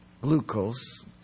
glucose